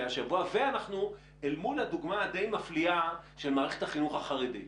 ואנחנו אל מול הדוגמה הדי מפליאה של מערכת החינוך החרדית,